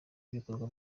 ibikorwa